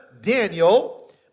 Daniel